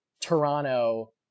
Toronto